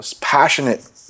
passionate